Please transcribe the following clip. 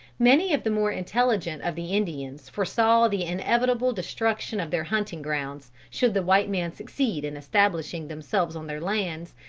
many of the more intelligent of the indians foresaw the inevitable destruction of their hunting grounds, should the white men succeed in establishing themselves on their lands,